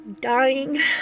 dying